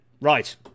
right